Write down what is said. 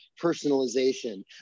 personalization